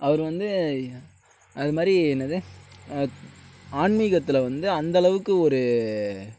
அவர் வந்து அது மாதிரி என்னது ஆன்மீகத்தில் வந்து அந்தளவுக்கு ஒரு